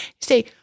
say